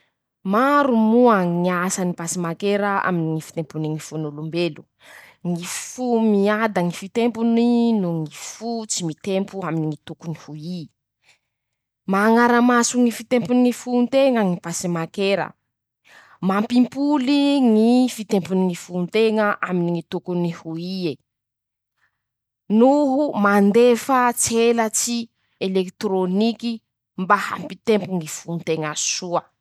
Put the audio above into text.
Maro moa ñy asany ñy pacemakera aminy ñy fitempony ñy fon'olombelo. ñy fo miada ñy fitempony noho ñy fo tsy mitempo aminy ñy tokony ho i: Mañara-maso ñy fitempony ñy fon-teña ñy pacemakera. -Mampimpoly ñy fitempony ñy fon-teña aminy ñy tokony ho ie ,noho mandefa tselatsy elekitrôniky mba hampitempo ñy fon-teña soa.